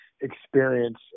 experience